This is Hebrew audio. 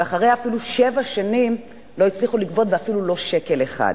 ואפילו אחרי שבע שנים לא הצליחו לגבות ואפילו לא שקל אחד.